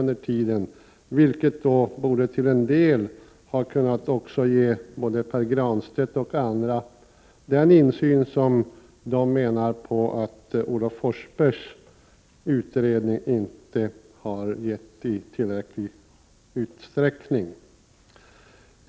Detta borde till en del ha givit Pär Granstedt och andra den insyn som de menar att Olof Forssbergs utredning inte har givit i tillräcklig utsträckning.